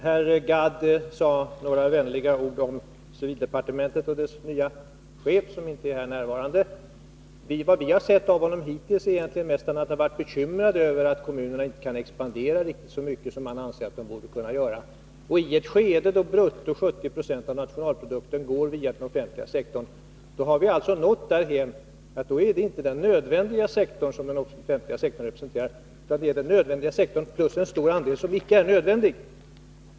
Herr Gadd sade några vänliga ord om civildepartementet och dess nye chef, som inte är här närvarande. Vad vi har sett av honom hittills är egentligen mest att han har varit bekymrad över att kommunerna inte kan expandera riktigt så mycket som han anser att de borde kunna. I ett skede när 70 90 av bruttonationalprodukten går via den offentliga sektorn har vi nått därhän att det inte är den nödvändiga sektorn som den offentliga sektorn representerar, utan det är den nödvändiga sektorn plus en stor andel som icke är nödvändig.